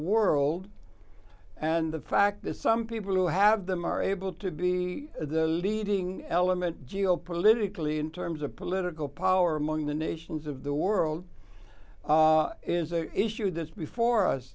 world and the fact that some people who have them are able to be the leading element geopolitically in terms of political power among the nations of the world is an issue that's before us